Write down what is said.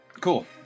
Cool